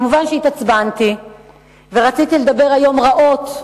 מובן שהתעצבנתי ורציתי לדבר היום רעות,